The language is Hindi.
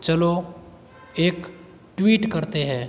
चलो एक ट्वीट करते हैं